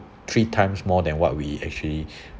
three times more than what we actually